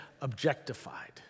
objectified